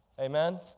Amen